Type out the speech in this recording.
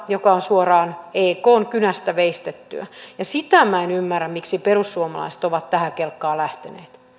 joka on suoraan ekn kynästä veistettyä ja sitä minä en ymmärrä miksi perussuomalaiset ovat tähän kelkkaan lähteneet